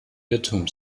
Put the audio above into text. irrtum